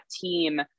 team